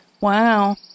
wow